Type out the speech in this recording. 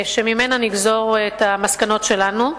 שממנה נגזור את המסקנות שלנו,